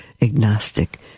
agnostic